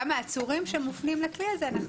אבל גם עם העצורים שמופנים לכלי הזה אנחנו